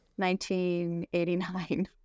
1989